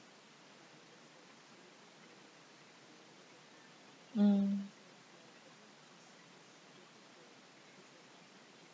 hmm